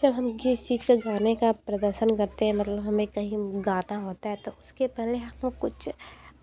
जब हम किसी चीज का गाने का प्रदर्शन करते हैं मतलब हमें कहीं गाना होता है तो उसके पहले हम कुछ